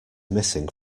missing